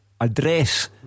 Address